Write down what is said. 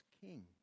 king